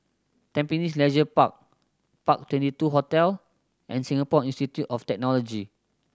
Tampines Leisure Park Park Twenty two Hotel and Singapore Institute of Technology